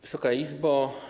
Wysoka Izbo!